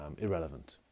irrelevant